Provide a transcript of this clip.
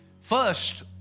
First